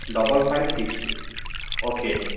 double five six two okay